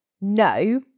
No